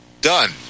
done